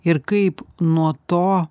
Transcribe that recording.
ir kaip nuo to